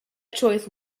choice